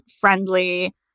friendly